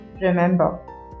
remember